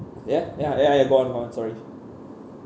ya ya ya ya go on go on sorry